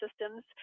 systems